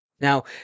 Now